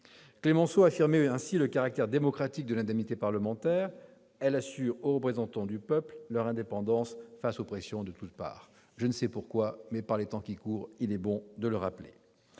Clemenceau affirmait ainsi le caractère démocratique de l'indemnité parlementaire, qui assure aux représentants du peuple leur indépendance face aux pressions de toutes sortes. Par les temps qui courent, il me semble bon de le rappeler